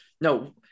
no